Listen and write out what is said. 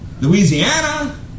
Louisiana